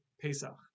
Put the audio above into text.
Pesach